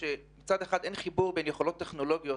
מצד אחד אין חיבור בין יכולות טכנולוגיות